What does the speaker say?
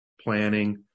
planning